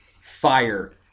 Fire